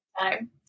time